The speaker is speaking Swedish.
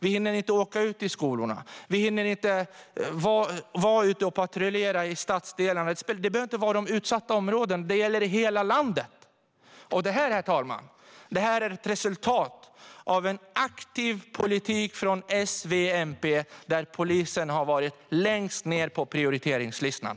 Vi hinner inte åka ut till skolorna. Vi hinner inte vara ute och patrullera i stadsdelarna. Detta behöver inte vara i de utsatta områdena. Det gäller i hela landet. Detta, herr talman, är ett resultat av en aktiv politik från S, V och MP, där polisen har varit längst ned på prioriteringslistan.